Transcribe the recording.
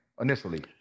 initially